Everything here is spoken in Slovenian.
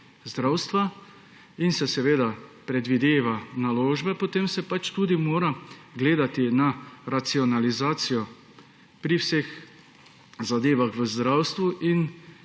zdravstva in se predvideva naložbe, potem se pač tudi mora gledati na racionalizacijo pri vseh zadevah v zdravstvu.